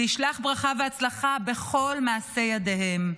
וישלח ברכה והצלחה בכל מעשה ידיהם.